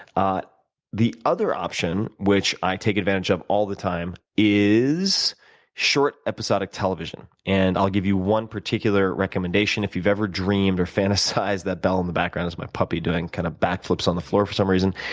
ah the other option, which i take advantage of all the time, is short episodic television. and i'll give you one particular recommendation. if you've ever dreamed or fantasized that bell in the background is my puppy doing kind of back flips on the floor for some reason.